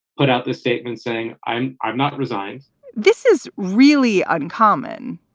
put out this statement saying, i'm i'm not resigning this is really uncommon.